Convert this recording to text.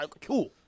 cool